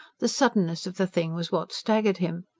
the suddenness of the thing was what staggered him.